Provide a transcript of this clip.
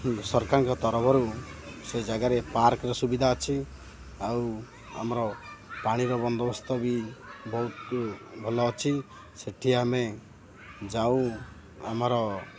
ସରକାରଙ୍କ ତରଫରୁ ସେ ଜାଗାରେ ପାର୍କର ସୁବିଧା ଅଛି ଆଉ ଆମର ପାଣିର ବନ୍ଦୋବସ୍ତ ବି ବହୁତ ଭଲ ଅଛି ସେଠି ଆମେ ଯାଉ ଆମର